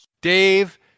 Dave